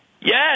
Yes